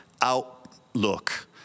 outlook